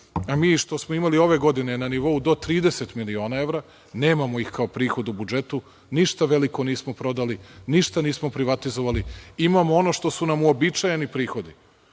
a mi i što smo imali ove godine na nivou do 30 miliona evra, nemamo ih kao prihod u budžetu. Ništa veliko nismo prodali, ništa nismo privatizovali, imamo ono što su nam uobičajeni prihodi.